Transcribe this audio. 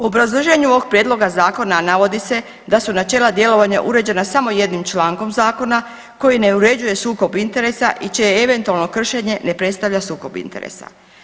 U obrazloženju ovog Prijedloga zakona navodi se da su načela djelovanja uređena samo jednim člankom zakona koji ne uređuje sukob interesa i čije eventualno kršenje ne predstavlja sukob interesa.